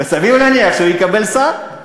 וסביר להניח שהוא יקבל שר.